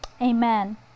Amen